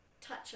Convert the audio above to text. touch